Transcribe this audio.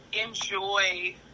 enjoy